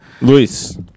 Luis